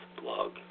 Blog